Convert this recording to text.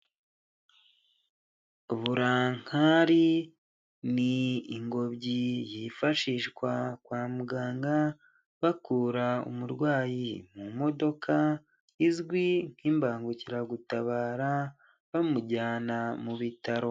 Burangakari ni ingobyi yifashishwa kwa muganga bakura umurwayi mu modoka izwi nk'imbangukiragutabara bamujyana mu bitaro.